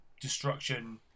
destruction